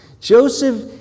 Joseph